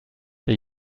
der